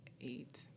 eight